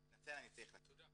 אני מתנצל אני צריך לצאת.